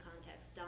context